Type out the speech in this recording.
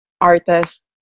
artists